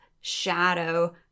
shadow